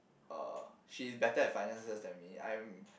uh she's better at finances than me I'm